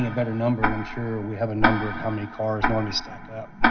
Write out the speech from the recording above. ah better number, and i'm sure we have a number of how many cars normally stack up,